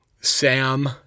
Sam